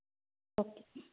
okay